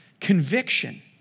conviction